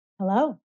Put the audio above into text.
hello